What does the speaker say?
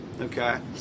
Okay